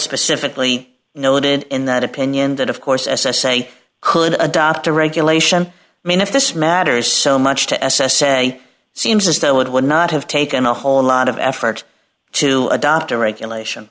specifically noted in that opinion that of course s s a could adopt a regulation mean if this matters so much to s s a seems as though it would not have taken a whole lot of effort to adopt a regulation